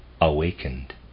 awakened